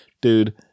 dude